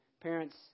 parents